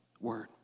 word